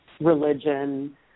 religion